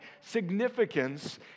significance